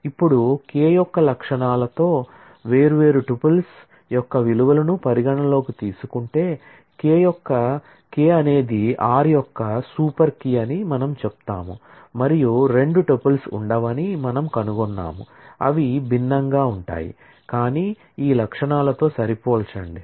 ఇప్పుడు K యొక్క attributes లో వేర్వేరు టుపుల్స్ అని మనం చెప్తాము మరియు రెండు టుపుల్స్ ఉండవని మనం కనుగొన్నాము అవి భిన్నంగా ఉంటాయి కానీ ఈ అట్ట్రిబ్యూట్స్ తో సరిపోల్చండి